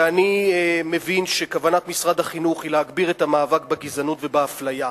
ואני מבין שכוונת משרד החינוך היא להגביר את המאבק בגזענות ובאפליה.